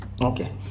okay